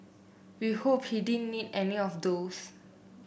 we hope he didn't need any of those